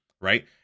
right